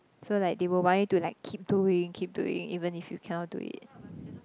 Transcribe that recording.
so like they will want you to like keep doing keep doing even if you cannot do it